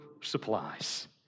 supplies